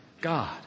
God